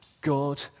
God